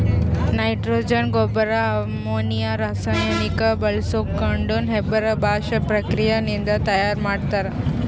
nitrogen ಗೊಬ್ಬರ್ ammonia ರಾಸಾಯನಿಕ್ ಬಾಳ್ಸ್ಕೊಂಡ್ ಹೇಬರ್ ಬಾಷ್ ಪ್ರಕ್ರಿಯೆ ನಿಂದ್ ತಯಾರ್ ಮಾಡ್ತರ್